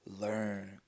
learn